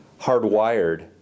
hardwired